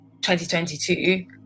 2022